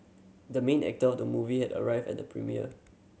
the main actor of the movie had arrived at the premiere